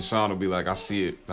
sean'll be like, i see it.